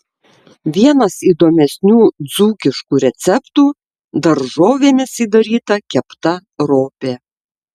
vienas įdomesnių dzūkiškų receptų daržovėmis įdaryta kepta ropė